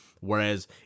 whereas